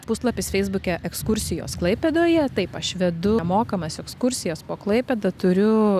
puslapis feisbuke ekskursijos klaipėdoje taip aš vedu nemokamas ekskursijas po klaipėdą turiu